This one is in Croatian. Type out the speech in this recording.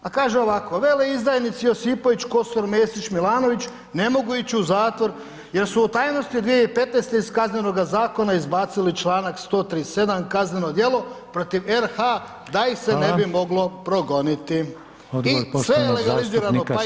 Pa kaže ovako: „Veleizdajnici Josipović, Kosor, Mesić, Milanović ne mogu ići u zatvor jer su u tajnosti 2015. iz Kaznenoga zakona izbacili članak 137. kazneno djelo protiv RH da ih se ne bi moglo progoniti, i sve je legalizirano, pa i kriminal.